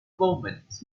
moment